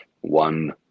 one